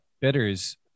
bitters